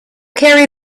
carry